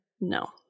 No